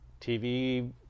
TV